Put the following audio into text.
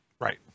Right